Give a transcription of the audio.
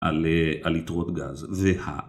על יתרות גז. זהה.